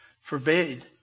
forbade